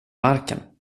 marken